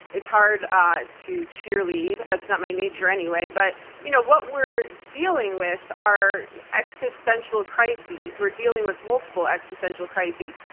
it's hard ah to cheerlead. that's not my nature anyway, but you know what we're dealing with, our existential crises. we're dealing with multiple existential crises,